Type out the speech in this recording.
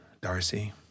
Darcy